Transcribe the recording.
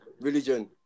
Religion